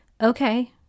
okay